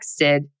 texted